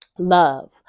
love